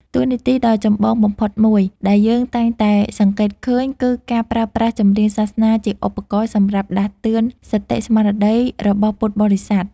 តួនាទីដ៏ចម្បងបំផុតមួយ ដែលយើងតែងតែសង្កេតឃើញ គឺការប្រើប្រាស់ចម្រៀងសាសនាជាឧបករណ៍សម្រាប់ដាស់តឿនសតិស្មារតីរបស់ពុទ្ធបរិស័ទ។